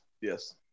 Yes